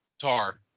Tar